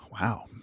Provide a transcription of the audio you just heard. Wow